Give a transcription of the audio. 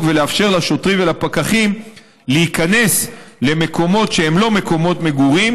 ולאפשר לשוטרים ולפקחים להיכנס למקומות שהם לא מקומות מגורים,